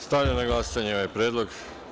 Stavljam na glasanje ovaj predlog.